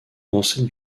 pensait